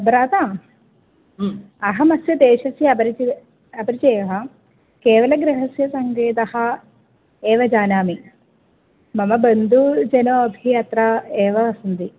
भ्राता मम अहमस्य देशस्य अपरिचयः अपरिचयः केवलं गृहस्य संवेदः एव जानामि मम बन्धुजनैः अत्र एव वसन्ति